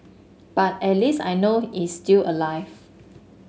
but at least I know is still alive